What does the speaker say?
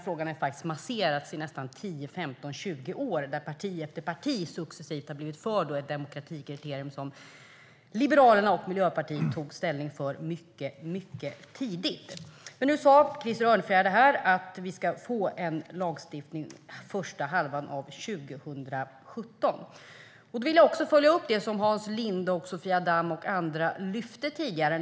Frågan har masserats i 10, 15 och nästan 20 år där parti efter parti successivt har blivit för ett demokratikriterium som Liberalerna och Miljöpartiet tog ställning för mycket tidigt. Strategisk export-kontroll 2015 - krigsmateriel och produkter med dubbla användningsområden Nu sa Krister Örnfjäder här att vi ska få en lagstiftning under första halvan av 2017. Jag vill följa upp det som Hans Linde, Sofia Damm och andra lyfte fram tidigare.